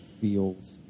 feels